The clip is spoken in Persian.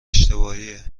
اشتباهیه